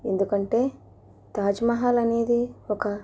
ఎందుకంటే తాజ్ మహల్ అనేది ఒక